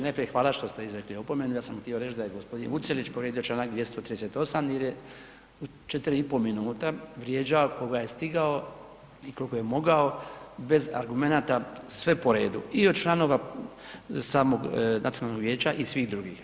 Najprije, hvala što ste izrekli opomenu, ja sam htio reći da je g. Vucelić povrijedio čl. 238. jer je u 4 i pol minuta vrijeđao koga je stigao i koliko je mogao, bez argumenata sve po redu i od članova samog Nacionalnog vijeća i svih drugih.